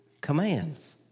commands